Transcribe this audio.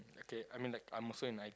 okay I mean like I'm also in like